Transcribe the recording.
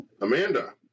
Amanda